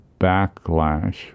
backlash